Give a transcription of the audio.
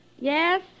Yes